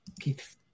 Keith